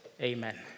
Amen